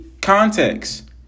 context